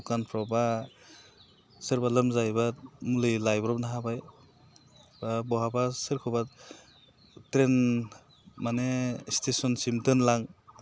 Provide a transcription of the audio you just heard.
दखानफ्राव बा सोरबा लोमजायोब्ला मुलि लायब्रबनो हाबाय बा बहाबा सोरखौबा दोन माने स्टेसनसिम दोनलांनोब्ला